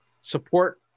support